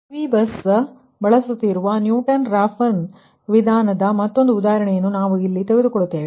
PV bus ಬಳಸುತ್ತಿರುವ Newton Raphson ವಿಧಾನದ ಮತ್ತೊಂದು ಉದಾಹರಣೆಯನ್ನು ಈಗ ನಾವು ತೆಗೆದುಕೊಳ್ಳುತ್ತೇವೆ